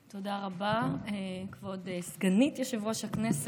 תודה רבה, כבוד סגנית יושב-ראש הכנסת.